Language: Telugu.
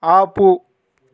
ఆపు